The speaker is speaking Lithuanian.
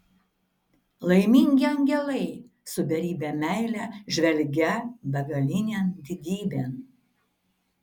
laimingi angelai su beribe meile žvelgią begalinėn didybėn